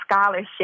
scholarship